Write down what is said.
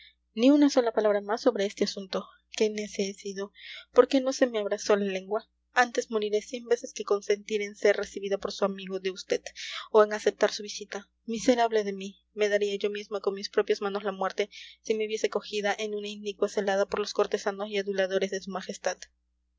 ni una sola palabra más sobre este asunto qué necia he sido por qué no se me abrasó la lengua antes moriré cien veces que consentir en ser recibida por su amigo de vd o en aceptar su visita miserable de mí me daría yo misma con mis propias manos la muerte si me viese cogida en una inicua celada por los cortesanos y aduladores de su majestad